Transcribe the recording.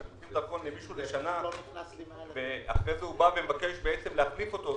כשנותנים למישהו דרכון לשנה ואחרי זה הוא מבקש להחליף אותו,